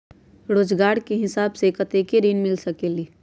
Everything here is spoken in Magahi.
रोजगार के हिसाब से कतेक ऋण मिल सकेलि?